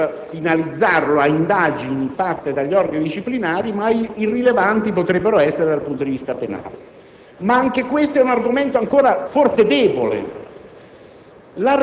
per finalizzarla a indagini svolte da organi disciplinari, ma irrilevante potrebbe essere dal punto di vista penale. Ma anche questo è un argomento forse debole.